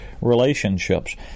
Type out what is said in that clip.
relationships